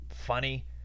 funny